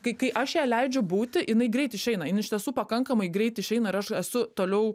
kai kai aš jai leidžiu būti jinai greit išeina jin iš tiesų pakankamai greit išeina ir aš esu toliau